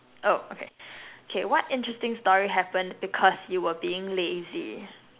oh okay K what interesting story happened because you were being lazy